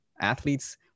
athletes